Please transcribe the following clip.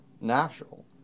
natural